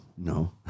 No